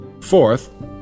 Fourth